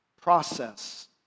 process